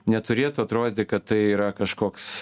neturėtų atrodyti kad tai yra kažkoks